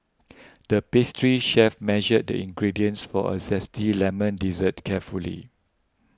the pastry chef measured the ingredients for a Zesty Lemon Dessert carefully